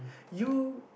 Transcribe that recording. you